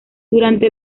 durante